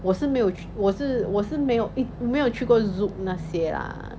我是没有我是我是没有一没有去过 zouk 那些 lah